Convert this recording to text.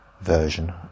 version